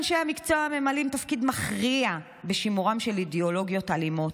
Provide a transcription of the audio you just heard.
אנשי המקצוע ממלאים תפקיד מכריע בשימורן של אידיאולוגיות אלימות.